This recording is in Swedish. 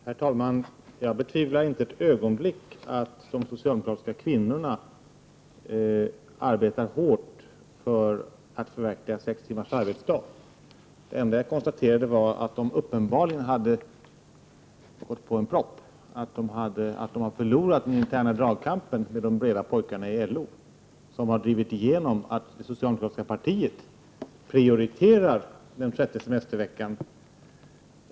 Herr talman! Jag betvivlar inte ett ögonblick att de socialdemokratiska kvinnorna arbetar hårt på att förverkliga kravet på sex timmars arbetsdag. Det enda jag konstaterade var att de socialdemokratiska kvinnorna uppenbarligen har gått på en nit, att de har förlorat den interna dragkampen med de breda pojkarna i LO. Dessa har ju drivit igenom att det socialdemokratiska partiet prioriterar en sjätte semestervecka.